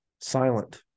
silent